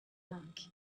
monk